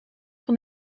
van